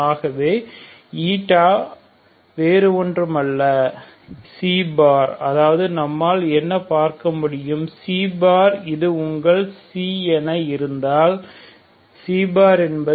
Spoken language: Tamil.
ஆகவே வேறு ஒன்றும் அல்ல ξ அதாவது நம்மால் என்ன பார்க்க முடியும் ξ இது உங்கள் என இருந்தால் ξ என்பது